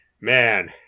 man